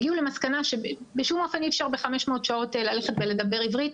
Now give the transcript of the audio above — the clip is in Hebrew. הגיעו למסקנה שבשום אופן אי אפשר ב-500 שעות ללכת ולדבר עברית,